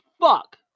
fuck